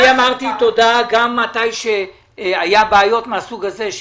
אמרתי תודה גם כשהיו בעיות מהסוג הזה,